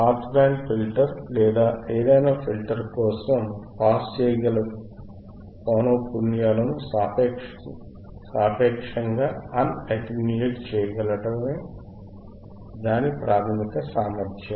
pass band filter లేదా ఏదైనా ఫిల్ ఫిల్టర్ కోసం పాస్ చేయగల పౌనఃపున్యాలను సాపేక్షంగా అన్ అటెన్యూటెడ్ చేయగలగటమే దాని ప్రాథమిక సామర్థ్యం